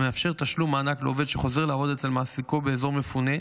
המאפשר תשלום מענק לעובד שחוזר לעבוד אצל מעסיקו באזור מפונה,